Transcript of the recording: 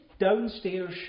downstairs